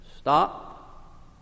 Stop